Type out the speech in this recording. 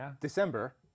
December